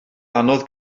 anodd